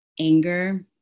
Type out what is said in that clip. Anger